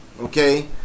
Okay